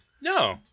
No